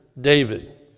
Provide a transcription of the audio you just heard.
David